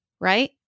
right